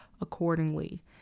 accordingly